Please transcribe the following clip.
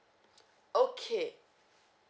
okay